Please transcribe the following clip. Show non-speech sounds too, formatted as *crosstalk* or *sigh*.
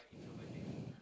*breath*